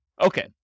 Okay